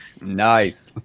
Nice